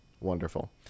wonderful